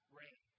rain